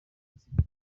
gutsinda